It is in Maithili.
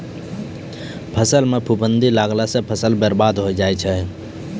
फसल म फफूंदी लगला सँ फसल बर्बाद होय जाय छै